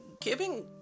giving